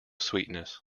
sweetness